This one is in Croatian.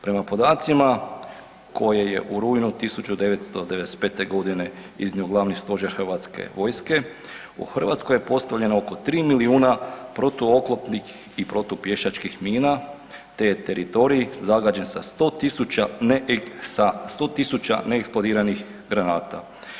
Prema podacima koje je u rujnu 1995. iznio Glavni stožer Hrvatske vojske, u Hrvatskoj je postavljeno oko 3 milijuna protuoklopnih i protupješa kih mina, te je teritorij zagađen sa 100 tisuća neeksplodiranih granata.